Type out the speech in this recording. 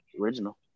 original